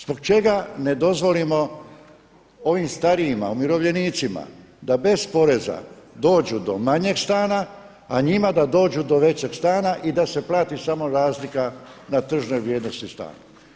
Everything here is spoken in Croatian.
Zbog čega ne dozvoliti ovim starijima, umirovljenicima da bez poreza dođu do manjeg stana, a njima da dođu do većeg stana i da se plati samo razlika na tržnoj vrijednosti stana.